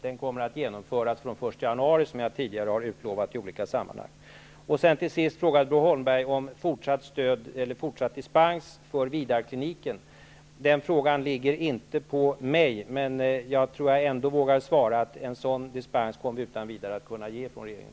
Den kommer att genomföras från den 1 januari, som jag tidigare har utlovat i olika sammanhang. Till sist frågade Bo Holmberg om fortsatt dispens för Vidarkliniken. Den frågan ligger inte på mig, men jag tror att jag ändå vågar svara att vi från regeringens sida utan vidare kommer att kunna ge en sådan dispens.